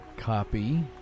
copy